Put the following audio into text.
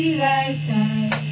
lifetime